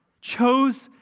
chose